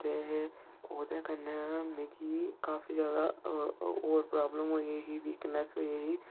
ते ओह्दे कन्नै मिगी काफी ज्यादा होर प्राब्लम होई गेई ही वीकनैस होई ही